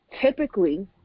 typically